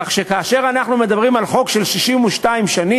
כך שכאשר אנחנו מדברים על חוק של 62 שנים,